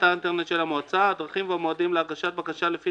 אתר האינטרנט של המועצה); הדרך והמועדים להגשת בקשה לפי